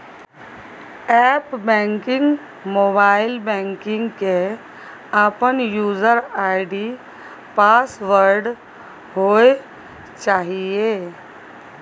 app banking, mobile banking के अपन user ID password होय चाहिए